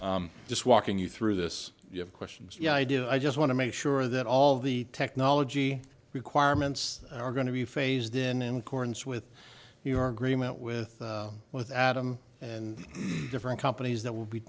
sorry just walking you through this you have questions yeah i do i just want to make sure that all the technology requirements are going to be phased in in accordance with your agreement with with adam and different companies that will be